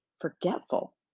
forgetful